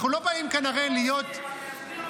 אנחנו לא באים כאן הרי להיות --- הם לא עושים.